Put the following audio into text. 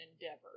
endeavor